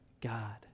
God